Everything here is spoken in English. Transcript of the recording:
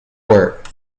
work